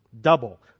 Double